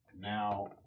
Now